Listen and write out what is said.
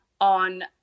on